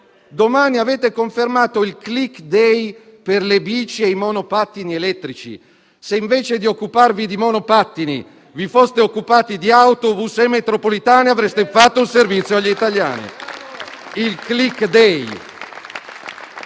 lavoro, avete confermato il *click day* per le biciclette e i monopattini elettrici. Se, invece di occuparvi di monopattini, vi foste occupati di autobus e metropolitane, avreste fatto un servizio agli italiani.